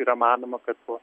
yra manoma kad po